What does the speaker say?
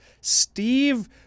Steve